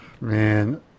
Man